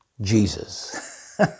Jesus